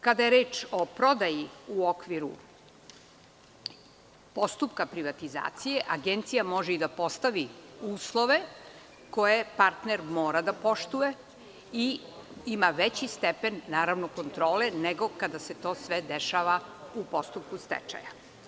Kada je reč o prodaji u okviru postupka privatizacije, Agencija može i da postavi uslove koje partner mora da poštuje i ima veći stepen, naravno kontrole, nego kada se to sve dešava u postupku stečaja.